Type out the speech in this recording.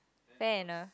fair enough